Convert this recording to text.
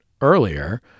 earlier